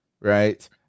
right